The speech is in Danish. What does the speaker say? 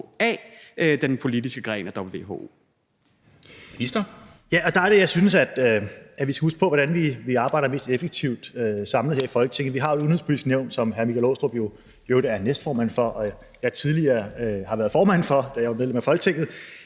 Udenrigsministeren (Jeppe Kofod): Ja, og der er det, jeg synes, at vi skal huske på, hvordan vi samlet arbejder mest effektivt her i Folketinget. Vi har Det Udenrigspolitiske Nævn, som hr. Michael Aastrup Jensen jo i øvrigt er næstformand for, og som jeg tidligere har været formand for, da jeg var medlem af Folketinget.